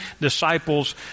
disciples